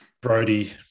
Brody